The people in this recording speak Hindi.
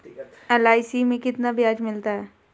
एल.आई.सी में कितना ब्याज मिलता है?